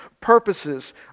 purposes